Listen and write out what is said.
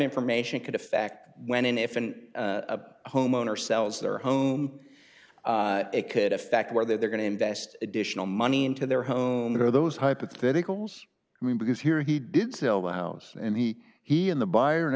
information could affect when and if an a homeowner sells their home it could affect whether they're going to invest additional money into their homes or those hypotheticals i mean because here he did sell the house and he he in the buyer and